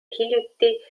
hiljuti